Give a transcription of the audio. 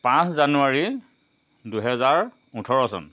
পাঁচ জানুৱাৰী দুহেজাৰ ওঠৰ চন